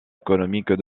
économique